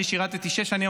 אני שירתי שש שנים,